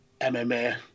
MMA